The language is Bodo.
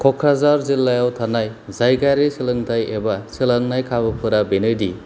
क'क्राझार जिल्लायाव थानाय जायगायारि सोलोंथाइ एबा सोलोंनाय खाबुफोरा बेनो दि